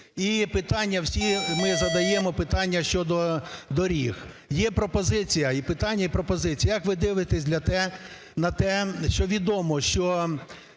І питання, всі ми задаємо питання щодо доріг. Є пропозиція, і питання і пропозиція: як ви дивитесь на те, що відомо, що